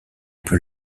peut